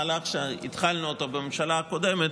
מהלך שהתחלנו אותו בממשלה הקודמת,